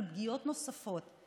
על פגיעות נוספות.